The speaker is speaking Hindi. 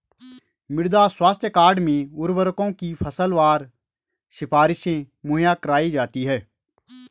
मृदा स्वास्थ्य कार्ड में उर्वरकों की फसलवार सिफारिशें मुहैया कराई जाती है